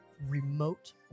remote